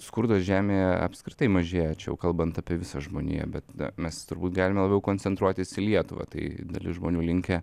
skurdo žemėje apskritai mažėja čia jau kalbant apie visą žmoniją bet mes turbūt galime labiau koncentruotis į lietuvą tai dalis žmonių linkę